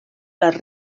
les